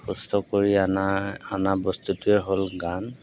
সুস্থ কৰি অনা অনা বস্তুটোৱে হ'ল গান